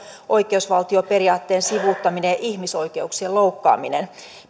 oikeusvaltioperiaatteen sivuttaminen ja ihmisoikeuksien loukkaaminen